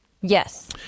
Yes